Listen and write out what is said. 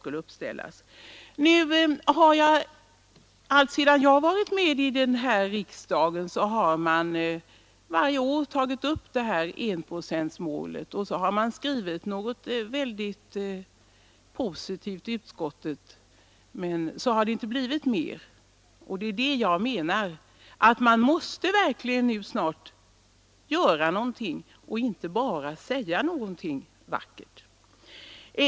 Under hela den tid jag varit med i riksdagen har enprocentsmålet tagits upp varje år. Utskottet har skrivit något positivt, sedan har det inte blivit mer. Man måste verkligen snart göra någonting och inte bara säga någonting vackert.